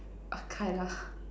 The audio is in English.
okay lah